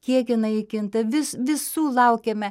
kiek inai kinta vis visų laukiame